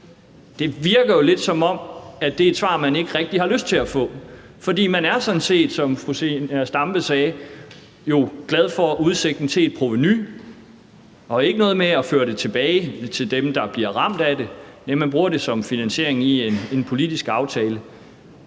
Det virker jo lidt, som om det er et svar, man ikke rigtig har lyst til at få, for man er sådan set, som fru Zenia Stampe sagde, jo glad for udsigten til et provenu. Og der er ikke noget med at føre det tilbage til dem, der bliver ramt af det – næh, man bruger det som finansiering i en politisk aftale.